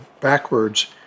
backwards